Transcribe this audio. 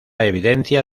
evidencia